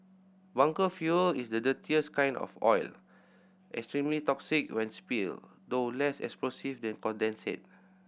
bunker fuel is the dirtiest kind of oil extremely toxic when spill though less explosive than condensate